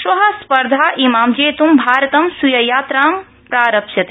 श्व स्पर्धामिमा जेतूं भारतं स्वीययात्रां प्रारप्स्यते